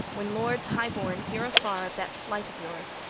when lords high-born hear afar of that flight of yours,